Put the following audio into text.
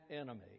enemy